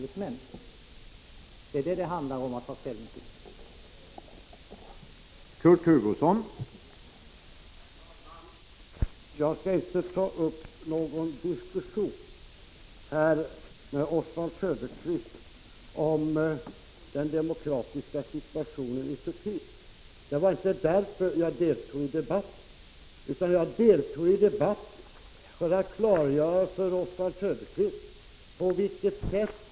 Det är detta som det gäller att ta ställning till.